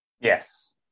Yes